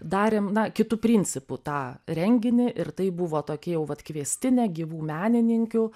darėm na kitu principu tą renginį ir tai buvo tokia jau vat kviestinė gyvų menininkių